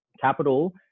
Capital